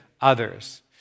others